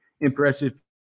impressive